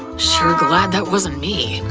sure glad that wasn't me!